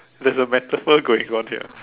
there's a metaphor going on here